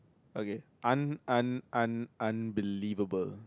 okay un~ un~ un~ unbelievable